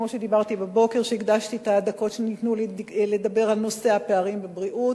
כמו שבבוקר הקדשתי את הדקות שניתנו לי לדבר על נושא הפערים בבריאות,